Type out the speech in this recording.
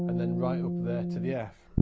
and then right up there to the f.